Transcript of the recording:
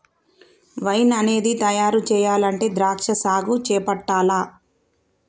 wine అనేది తయారు చెయ్యాలంటే ద్రాక్షా సాగు చేపట్టాల్ల